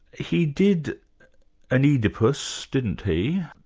he did an oedipus, didn't he?